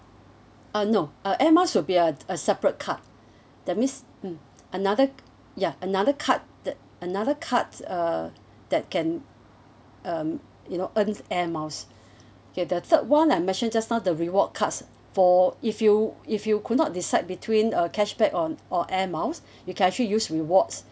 uh no uh Air Miles will be a a separate card that means mm another ya another card that another card uh that can um you know earn Air Miles okay the third one I mentioned just now the reward cards for if you if you could not decide between a cashback on or Air Miles you could actually use rewards